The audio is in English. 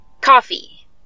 coffee